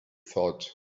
thought